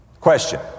Question